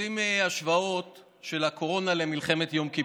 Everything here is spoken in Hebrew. עושים השוואות של הקורונה למלחמת יום כיפור,